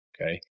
Okay